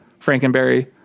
Frankenberry